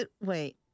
wait